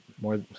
more